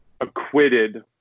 acquitted